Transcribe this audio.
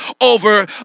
over